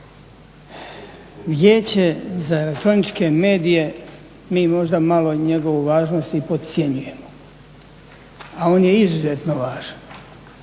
Vijeće za elektroničke medije, mi možda malo njega u važnosti podcjenjujemo, a on je izuzetno važan.